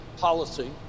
policy